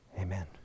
amen